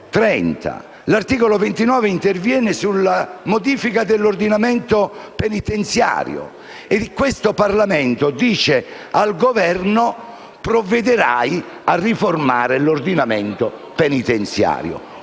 primo interviene sulla modifica dell'ordinamento penitenziario: questo Parlamento dice al Governo di provvedere a riformare l'ordinamento penitenziario.